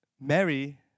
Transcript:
Mary